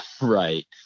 right